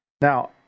Now